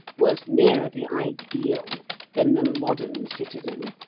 was nearer the ideal than the modern citizen,